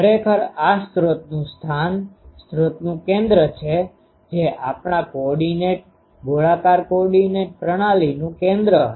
ખરેખર આ સ્રોતનું સ્થાન સ્રોતનું કેન્દ્ર છે જે આપણા કોઓર્ડિનેટ ગોળાકાર કોઓર્ડિનેટ પ્રણાલીનું કેન્દ્ર હશે